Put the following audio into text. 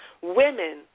women